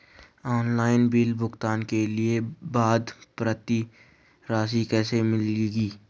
Online bill भुगतान के बाद प्रति रसीद कैसे मिलेगी?